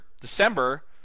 December